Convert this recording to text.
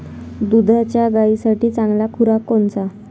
दुधाच्या गायीसाठी चांगला खुराक कोनचा?